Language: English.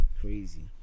crazy